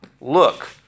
Look